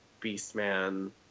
Beastman